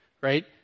right